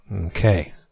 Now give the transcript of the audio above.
Okay